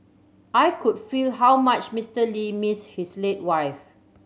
I could feel how much Mister Lee missed his late wife